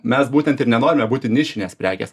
mes būtent ir nenorime būti nišinės prekės